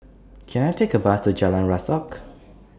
Can I Take A Bus to Jalan Rasok